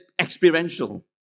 experiential